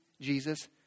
Jesus